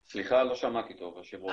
סליחה, לא שמעתי טוב, היושב ראש.